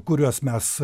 kuriuos mes